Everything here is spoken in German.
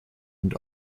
und